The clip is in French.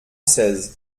seize